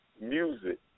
music